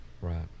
right